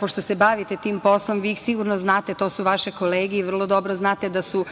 pošto se bavite tim poslom, vi ih sigurno znate, to su vaše kolege i vrlo dobro znate da su